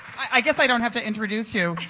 i guess i don't have to introduce you.